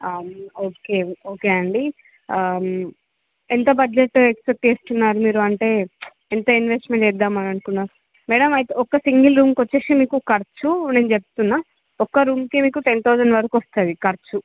okay okay అండి ఎంత budget expect చేస్తున్నారు మీరు అంటే ఎంత ఇన్వెస్ట్మెంట్ చేద్దామననుకున్నా మేడం అయితే ఒక సింగిల్ రూమ్కొచ్చేసి మీకు ఖర్చు నేను చెప్తున్నా ఒక రూమ్కి మీకు టెన్ థౌజండ్ వరకు వస్తుంది ఖర్చు